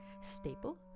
staple